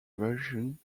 version